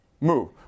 move